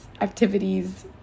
activities